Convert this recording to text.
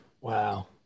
Wow